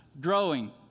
growing